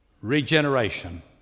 regeneration